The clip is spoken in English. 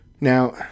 Now